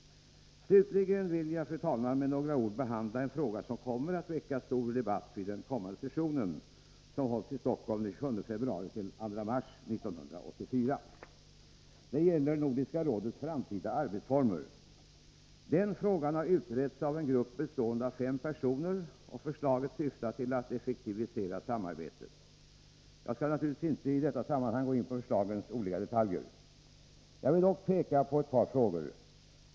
Slutligen vill jag, fru talman, med några ord behandla en fråga som kommer att väcka stor debatt vid den kommande sessionen, som hålls i Stockholm den 27 februari-2 mars 1984. Det gäller Nordiska rådets framtida arbetsformer. Den frågan har utretts av en grupp bestående av fem personer, och förslaget syftar till att effektivisera samarbetet. Jag skall naturligtvis inte i detta sammanhang gå in på förslagets olika detaljer. Jag vill dock peka på ett par frågor.